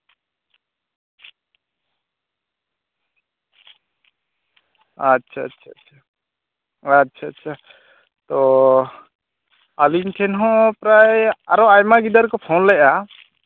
ᱟᱪᱪᱷᱟ ᱟᱪᱪᱷᱟ ᱟᱪᱪᱷᱟ ᱟᱪᱪᱷᱟ ᱟᱪᱪᱷᱟ ᱛᱚ ᱟᱹᱞᱤᱧ ᱴᱷᱮᱱ ᱦᱚᱸ ᱯᱨᱟᱭ ᱟᱨᱚ ᱟᱭᱢᱟ ᱜᱤᱫᱟᱹᱨ ᱠᱚ ᱯᱷᱳᱱ ᱞᱮᱜᱼᱟ